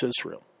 Israel